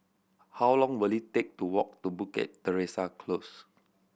how long will it take to walk to Bukit Teresa Close